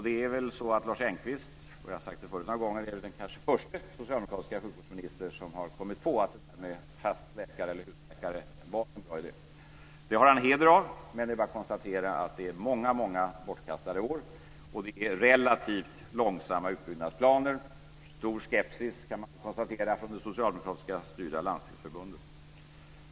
Det är väl så att Lars Engqvist - jag har sagt det förut några gånger - är den kanske förste socialdemokratiske sjukvårdsministern som har kommit på att det där med fast läkare eller husläkare var en bra idé. Det har han heder av, men det är bara att konstatera att det är många bortkastade år, och det är relativt långsamma utbyggnadsplaner och stor skepsis, kan man konstatera, från det socialdemokratiskt styrda Landstingsförbundet.